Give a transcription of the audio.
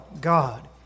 God